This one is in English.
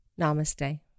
Namaste